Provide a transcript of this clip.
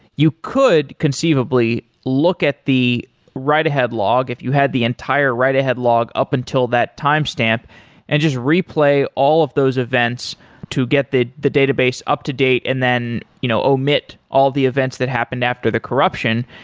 you could conceivably look at the write ahead log, if you had the entire write ahead log up until that time stamp and just replay all of those events to get the the database up to date and then you know omit all the events that happened after the corruption.